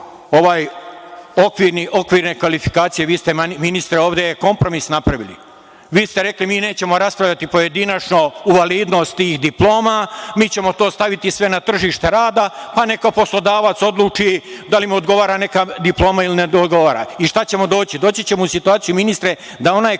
ovaj okvirne kvalifikacije. Vi ste ministre ovde kompromis napravili. Vi ste rekli – mi nećemo raspravljati pojedinačno u validnost tih diploma, mi ćemo to staviti sve na tržište rada, pa neka poslodavac odluči da li mu odgovara neka diploma ili ne odgovara. Šta ćemo doći? Doći ćemo u situaciju ministre, da onaj